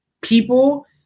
people